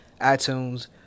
iTunes